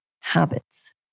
habits